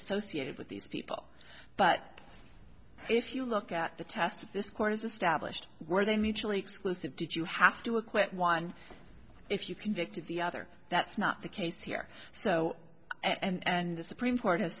associated with these people but if you look at the test this court has established were they mutually exclusive did you have to acquit one if you convict of the other that's not the case here so and the supreme court has